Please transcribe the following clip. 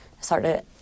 started